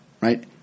Right